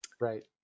Right